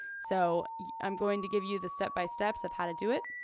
so i'm going to give you the step by steps of how to do it.